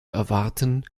erwarten